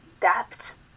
depth